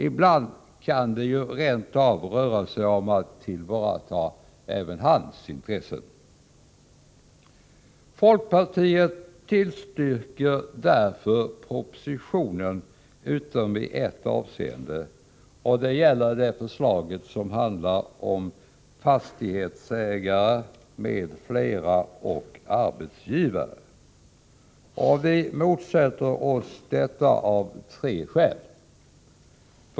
Ibland kan det ju rent av röra sig om att tillvarata även hans intressen. Folkpartiet tillstyrker därför propositionen — utom i ett avseende. Det gäller det förslag som handlar om fastighetsägare m.fl. och arbetsgivare. Vi motsätter oss det förslaget av tre skäl.